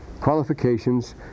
qualifications